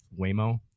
waymo